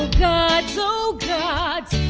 gods, oh gods,